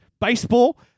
Baseball